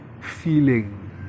feeling